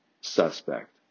suspect